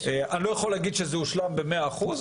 אני לא יכול להגיד שזה הושלם במאה אחוז,